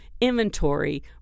inventory